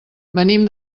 venim